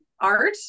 art